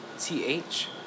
T-H